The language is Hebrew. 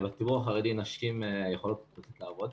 בציבור החרדי נשים יכולות לצאת לעבוד,